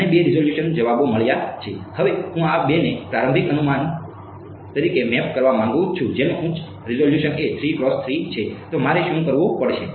મને બે રિઝોલ્યુશન જવાબો મળ્યા છે હવે હું આ બેને પ્રારંભિક અનુમાન તરીકે મેપ કરવા માંગુ છું જેનું ઉચ્ચ રિઝોલ્યુશન એ છે તો મારે શું કરવું પડશે